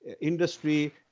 industry